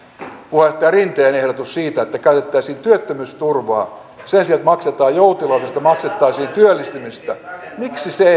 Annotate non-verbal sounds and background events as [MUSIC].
puheenjohtaja rinteen ehdotus siitä että käytettäisiin työttömyysturvaa siihen että sen sijaan että maksetaan joutilaisuudesta maksettaisiin työllistymisestä miksi se [UNINTELLIGIBLE]